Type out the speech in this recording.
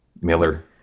miller